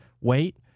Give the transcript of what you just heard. wait